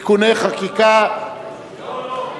(תיקון מס'